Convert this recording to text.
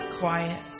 Quiet